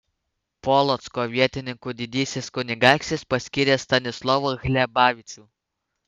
polocko vietininku didysis kunigaikštis paskyrė stanislovą hlebavičių